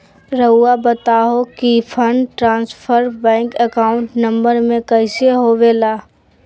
रहुआ बताहो कि fund transfer bank account number में कैसे होबेला?